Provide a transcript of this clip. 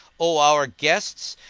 o our guests.